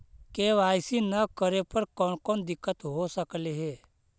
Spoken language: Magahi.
के.वाई.सी न करे पर कौन कौन दिक्कत हो सकले हे?